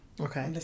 Okay